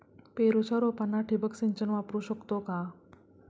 पेरूच्या रोपांना ठिबक सिंचन वापरू शकतो का?